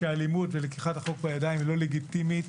שאלימות ולקיחת החוק לידיים היא לא לגיטימית,